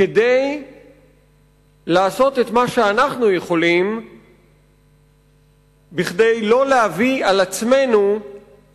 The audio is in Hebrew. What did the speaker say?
כדי לעשות את מה שאנחנו יכולים כדי שלא להביא על עצמנו